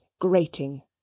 grating